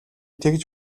тэгж